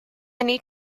need